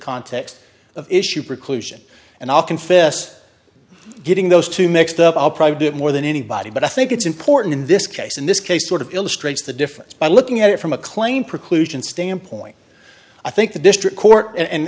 context of issue preclusion and i'll confess getting those two mixed up i'll probably do it more than anybody but i think it's important in this case and this case sort of illustrates the difference by looking at it from a claim preclusion standpoint i think the district court and